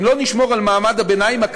"אם לא נשמור על מעמד הביניים,